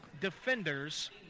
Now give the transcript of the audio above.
defenders